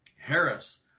Harris